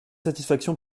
satisfaction